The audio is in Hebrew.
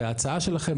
וההצעה שלכם,